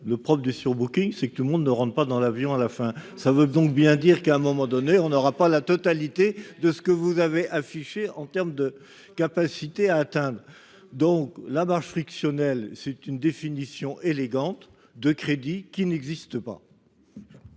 le prof de surbooking, c'est que tout le monde ne rentre pas dans l'avion à la fin ça veut donc bien dire qu'à un moment donné on n'aura pas la totalité de ce que vous avez affiché en terme de capacité à atteindre donc la marge frictionnel. C'est une définition élégante de crédit qui n'existe pas.